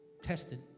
tested